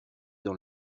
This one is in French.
dans